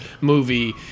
movie